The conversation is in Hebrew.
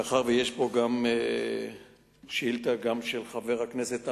מאחר שיש פה שאילתא גם של חבר הכנסת ביבי,